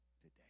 today